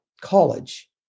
college